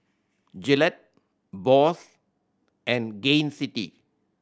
Gillette Bose and Gain City